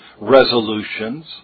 resolutions